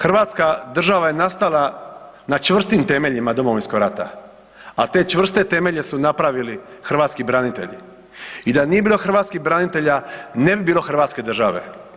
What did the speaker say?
Hrvatska država je nastala na čvrstim temeljima Domovinskog rata, a te čvrste temelje su napravili hrvatski branitelji i da nije bilo hrvatskih branitelja ne bi bilo Hrvatske države.